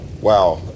wow